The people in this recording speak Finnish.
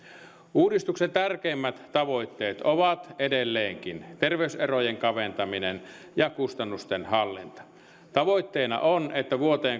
uudistuksen tärkeimmät tavoitteet ovat edelleenkin terveyserojen kaventaminen ja kustannusten hallinta tavoitteena on että vuoteen